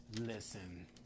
listen